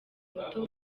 muto